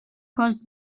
caused